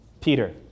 Peter